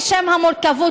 בשם המורכבות,